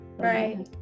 Right